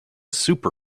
super